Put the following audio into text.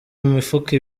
mifuka